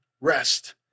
rest